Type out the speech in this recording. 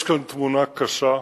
יש כאן תמונה קשה,